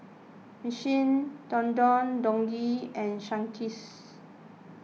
Michelin Don Don Donki and Sunkist